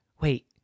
wait